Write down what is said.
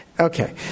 Okay